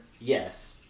Yes